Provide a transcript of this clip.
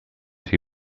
who